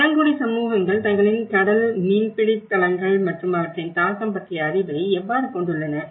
பழங்குடி சமூகங்கள் தங்களின் கடல் மீன்பிடித் தளங்கள் மற்றும் அவற்றின் தாக்கம் பற்றிய அறிவை எவ்வாறு கொண்டுள்ளன